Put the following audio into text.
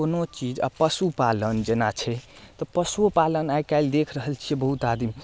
कोनो चीज पशुपालन जेना छै तऽ पशुओ पालन आइकाल्हि देख रहल छियै बहुत आदमी